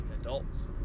adults